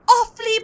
awfully